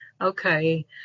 Okay